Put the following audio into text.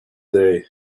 day